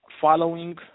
following